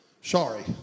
Sorry